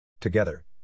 Together